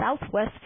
Southwest